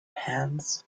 hands